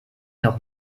noch